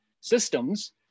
systems